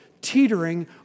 teetering